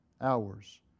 hours